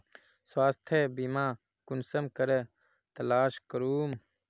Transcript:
स्वास्थ्य बीमा कुंसम करे तलाश करूम?